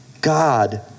God